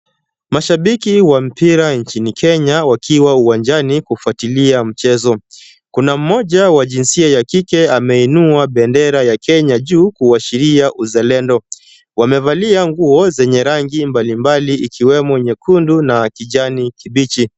Mashabiki wa mpira nchini Kenya wakiwa uwanjani kufuatilia mchezo. Kuna mmoja wa jinsia ya kike, ameinua bendera ya Kenya juu kuashiria uzalendo. Wamevalia nguo zenye rangi mbalimbali ikiwemo nyekundu na kijani kibichi.